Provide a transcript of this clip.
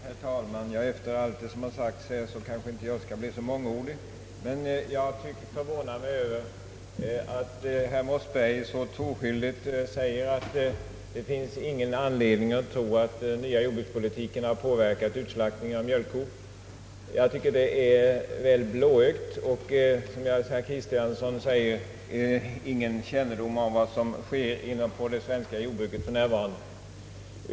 Herr talman! Efter allt vad som sagts här skall jag inte bli mångordig. Jag förvånar mig över att herr Mossberger så troskyldigt säger att det inte finns anledning att tro att den nya jordbrukspolitiken har påverkat utslaktningen av mjölkkor. Detta är ganska blåögt, och herr Mossberger tycks — som herr Kristiansson säger — då inte ha någon kännedom om vad som sker inom det svenska jordbruket för närvarande.